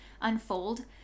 unfold